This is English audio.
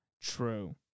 True